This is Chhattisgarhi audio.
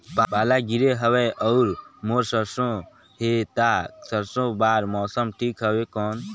पाला गिरे हवय अउर मोर सरसो हे ता सरसो बार मौसम ठीक हवे कौन?